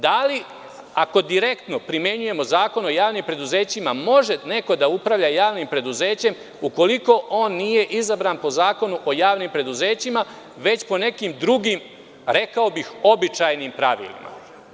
Da li, ako direktno primenjujemo Zakon o javnim preduzećima, može neko da upravlja javnim preduzećem ukoliko on nije izabran po Zakonu o javnim preduzećima, već po nekim drugim običajnim pravilima.